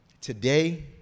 today